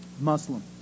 Muslim